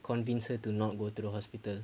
convince her to not go to the hospital